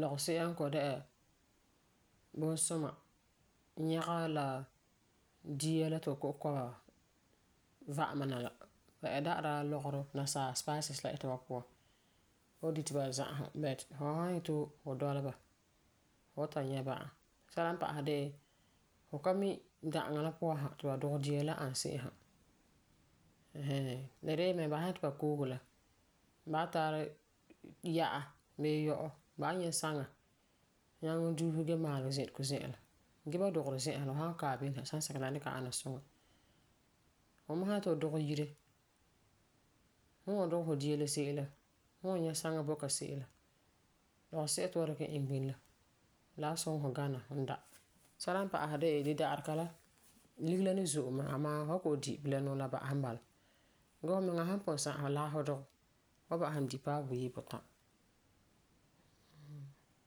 lɔgesi'a n kɔ'ɔm di'a bunsuma. Nyaga la dia la ti ba kɔ'ɔm kɔ ba va'amen na la. Ba ɛ da'ara la lɔgerɔ, nasala spices la ita ba puan. Fu san di ti ba za'asum but fu san yeti fu dɔla ba, fu wan ta bã'a. Sɛla n pa'asɛ de, fu ka mi da'aŋa la puan ti ba dugɛ dia la, la ani se'em sa ɛɛn hɛɛn. La de la yelemɛŋɛrɛ ba san yeti ba koose la ba wan ya'a/yɔ'ɔ ba wan nyɛ saŋa nyaŋɛ duuse gee ma'alɛ zi'irego zi'an. Gee ba n dugeri zi'an la, fu san kaɛ bini sa sansɛka la ni ana suŋa. Fu san yeti fu dugɛ fu yire, fu wan dugɛ fu dia la se'em la, fu wan nyɛ saŋa bo ka se'em, lɔgesɛka ti fu dikɛ iŋɛ bini la, la wan suŋɛ fu gana fu da. Sɛla n pa'asɛ de la dida'arega la ligeri la ni zo'e mɛ amaa fu san di bilam nuu la ba'asɛ mɛ n bala. Gee fumiŋa san pugum sagum lagefɔ dugɛ, fu wan ba'asum di paɛ buyi butã.